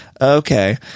Okay